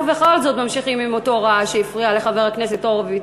בכל זאת ממשיכים עם אותו רעש שהפריע לחבר הכנסת הורוביץ.